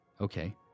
Okay